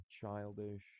childish